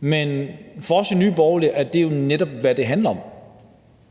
men for os i Nye Borgerlige er det jo netop, hvad det handler om.